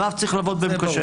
ורב צריך לעבוד בהם קשה.